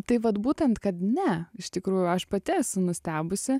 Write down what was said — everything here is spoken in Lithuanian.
tai vat būtent kad ne iš tikrųjų aš pati esu nustebusi